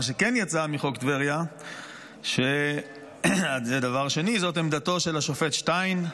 מה שכן יצא מחוק טבריה זאת עמדתו של השופט שטיין,